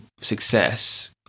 success